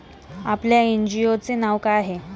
आपल्या एन.जी.ओ चे नाव काय आहे?